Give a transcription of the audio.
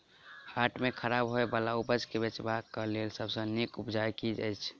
हाट मे खराब होय बला उपज केँ बेचबाक क लेल सबसँ नीक उपाय की अछि?